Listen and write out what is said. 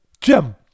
Jim